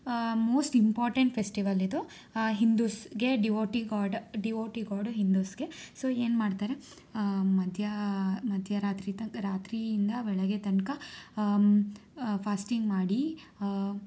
most important ಫೆಸ್ಟಿವಲಿದು ಹಿಂದೂಸ್ಗೆ devotee god devotee god ಹಿಂದೂಸ್ಗೆ ಸೋ ಏನು ಮಾಡ್ತಾರೆ ಮಧ್ಯ ಮಧ್ಯರಾತ್ರಿ ತನ್ನ ರಾತ್ರಿಯಿಂದ ಬೆಳಗ್ಗೆ ತನಕ ಫಾಸ್ಟಿಂಗ್ ಮಾಡಿ